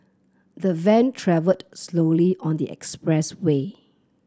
the van travelled slowly on the expressway